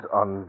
on